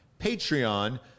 Patreon